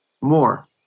More